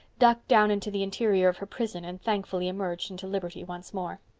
ducked down into the interior of her prison and thankfully emerged into liberty once more.